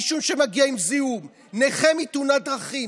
מישהו שמגיע עם זיהום, נכה מתאונת דרכים,